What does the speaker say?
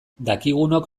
dakigunok